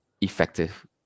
effective